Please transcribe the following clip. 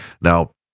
Now